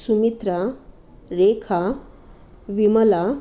Sumitra Rekha Vimala